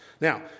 Now